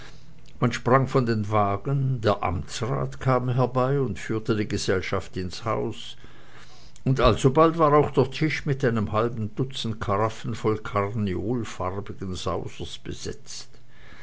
man sprang von den wagen der amtsrat kam herbei und führte die gesellschaft ins haus und alsobald war auch der tisch mit einem halben dutzend karaffen voll karneolfarbigen sausers besetzt